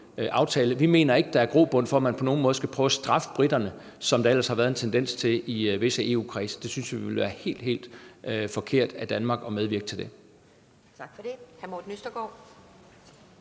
Vi mener ikke, der er grobund for, at man på nogen måde skal prøve at straffe briterne, som der ellers har været en tendens til i visse EU-kredse, for vi synes, det ville være helt, helt forkert af Danmark at medvirke til det.